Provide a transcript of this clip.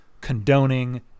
condoning